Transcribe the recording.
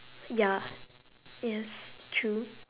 ya yes true